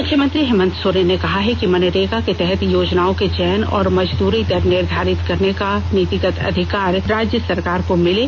मुख्यमंत्री हेमन्त सोरेन ने कहा है कि मनरेगा के तहत योजनाओं के चयन और मजदूरी दर निर्धारित करने का नीतिगत अधिकार राज्य सरकार को मिले